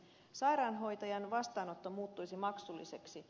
sairaanhoitajan vastaanotto muuttuisi maksulliseksi